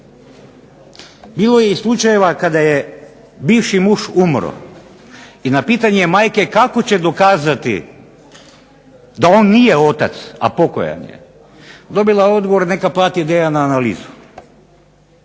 Bilo je i slučajeva kada je bivši muž umro i na pitanje majke kako će dokazati da on nije otac, a pokojan je, dobila je odgovor neka plati DNA analizu.